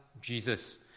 Jesus